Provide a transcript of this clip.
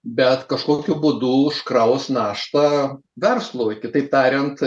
bet kažkokiu būdu užkraus naštą verslui kitaip tariant